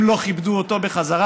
הם לא כיבדו אותו בחזרה,